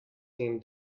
seem